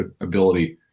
ability